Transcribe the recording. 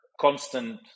Constant